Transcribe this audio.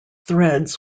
threads